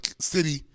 city